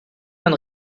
man